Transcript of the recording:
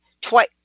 twice